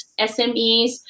SMEs